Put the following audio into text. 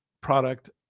product